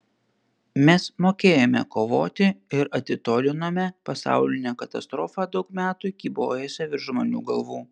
mes mokėjome kovoti ir atitolinome pasaulinę katastrofą daug metų kybojusią virš žmonių galvų